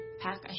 pack